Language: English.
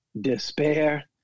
despair